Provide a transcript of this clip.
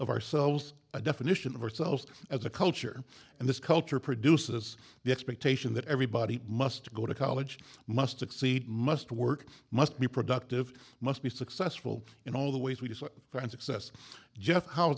of ourselves a definition of ourselves as a culture and this culture produces the expectation that everybody must go to college must succeed must work must be productive must be successful in all the ways we decide for and success jeff how